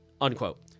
unquote